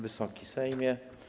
Wysoki Sejmie!